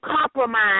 compromise